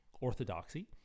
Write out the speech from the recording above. Orthodoxy